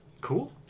Cool